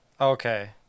Okay